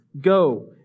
Go